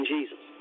Jesus